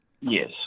Yes